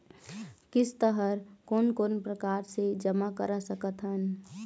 किस्त हर कोन कोन प्रकार से जमा करा सकत हन?